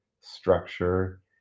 structure